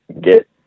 get